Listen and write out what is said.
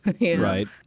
Right